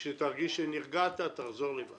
כשתרגיש שנרגעת, תחזור לפה.